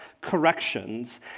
corrections